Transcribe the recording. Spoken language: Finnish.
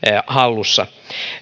hallussa